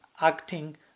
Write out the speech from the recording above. acting